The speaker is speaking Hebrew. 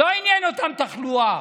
לא עניינה אותם תחלואה,